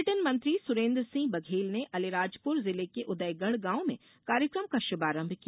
पर्यटन मंत्री सुरेन्द्र सिंह बघेल ने अलीराजपुर जिले के उदयगढ़ गॉव में कार्यक्रम का शुभारंभ किया